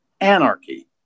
Anarchy